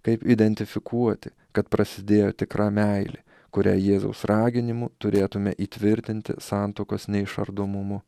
kaip identifikuoti kad prasidėjo tikra meilė kurią jėzaus raginimu turėtume įtvirtinti santuokos neišardomumu